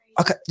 okay